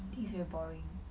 I think it's very boring